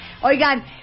Oigan